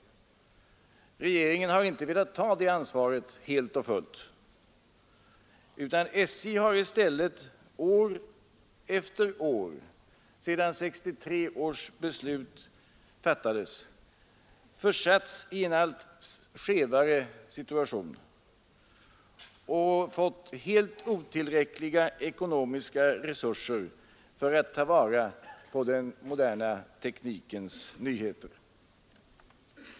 Regeringen har inte velat ta det ansvaret helt och fullt. Statens järnvägar har i stället år efter år, sedan 1963 års beslut fattades, försatts i en allt skevare situation och fått helt otillräckliga ekonomiska resurser för att ta vara på den moderna teknikens nyheter.